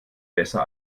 besser